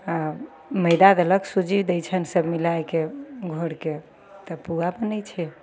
आओर मैदा देलक सुजी दै छनि सभ मिलाइके घोरिके तब पुआ बनय छै